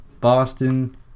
Boston